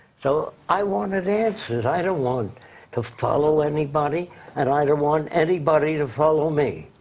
so, i wanted answers. i don't want to follow anybody and i don't want anybody to follow me.